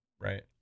Right